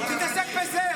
תתעסק בזה.